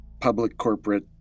public-corporate